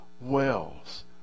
wells